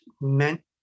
meant